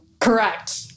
Correct